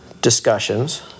discussions